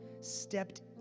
stepped